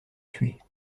tuer